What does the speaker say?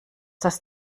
das